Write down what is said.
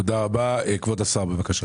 תודה רבה, כבוד השר, בבקשה.